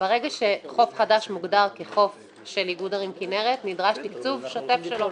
ברגע שחוף חדש מוכרז כחוף של איגוד ערים כנרת נדרש תקצוב שוטף שלו.